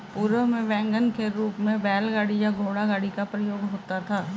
पूर्व में वैगन के रूप में बैलगाड़ी या घोड़ागाड़ी का प्रयोग होता था